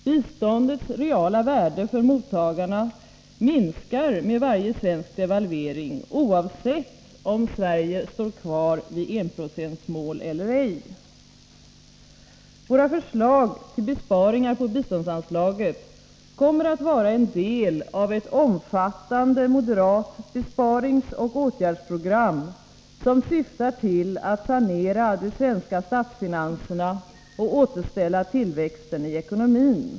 Biståndets reala värde för mottagarna minskar med varje svensk devalvering, oavsett om Sverige står kvar vid enprocentsmålet eller ej. Våra förslag till besparingar på biståndsanslaget kommer att vara en del av ett omfattande moderat besparingsoch åtgärdsprogram, som syftar till att sanera de svenska statsfinanserna och återställa tillväxten i ekonomin.